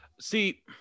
See